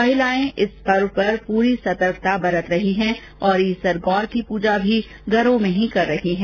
महिलाएं इस पर्व पर पूरी सतर्कता बरत रही हैं और ईसर गौर की पूजा भी घरों में ही कर रही हैं